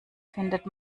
findet